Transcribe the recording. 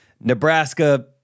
Nebraska